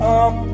up